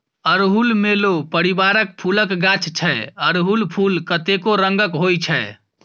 अड़हुल मेलो परिबारक फुलक गाछ छै अरहुल फुल कतेको रंगक होइ छै